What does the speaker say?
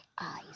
eyes